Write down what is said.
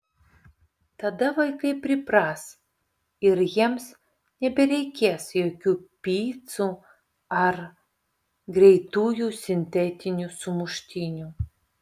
tada vaikai pripras ir jiems nebereikės jokių picų ar greitųjų sintetinių sumuštinių